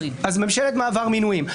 אז ממשלת מעבר מינויים.